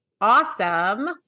Awesome